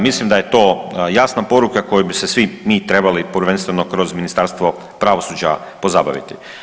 Mislim da je to jasna poruka koju bi se svi mi trebali prvenstveno kroz Ministarstvo pravosuđa pozabaviti.